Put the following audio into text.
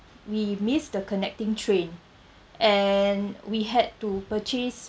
we missed the connecting train and we had to purchase